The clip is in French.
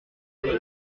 c’est